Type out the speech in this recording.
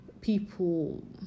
people